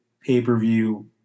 pay-per-view